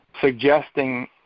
suggesting